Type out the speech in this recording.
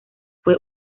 fue